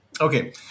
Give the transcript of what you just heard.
Okay